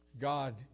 God